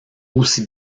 aussi